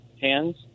hands